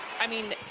i mean,